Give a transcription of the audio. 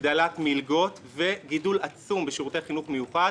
הגדלת מלגות וגידול עצום בשירותי החינוך המיוחד